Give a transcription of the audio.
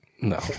No